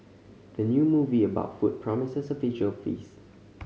the new movie about food promises a visual feast